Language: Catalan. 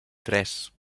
tres